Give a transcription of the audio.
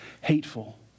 hateful